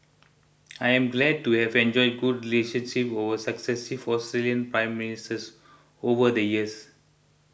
I am glad to have enjoyed good relations with successive for Australian Prime Ministers over the years